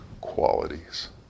qualities